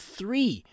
three